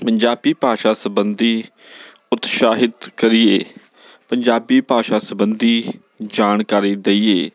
ਪੰਜਾਬੀ ਭਾਸ਼ਾ ਸਬੰਧੀ ਉਤਸ਼ਾਹਿਤ ਕਰੀਏ ਪੰਜਾਬੀ ਭਾਸ਼ਾ ਸਬੰਧੀ ਜਾਣਕਾਰੀ ਦਈਏ